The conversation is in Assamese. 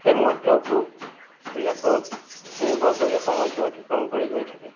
সেই মুহূৰ্তবোৰ বিলাকত নিৰ্ভৰ কৰি সময়টো অতিক্ৰম কৰি গৈ থাকে